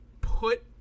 put